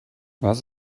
was